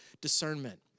discernment